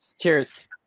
Cheers